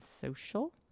social